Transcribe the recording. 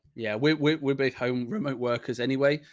yeah, we're, we're, we're both home remote workers anyway.